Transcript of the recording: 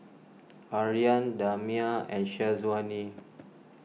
Aryan Damia and Syazwani